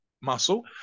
muscle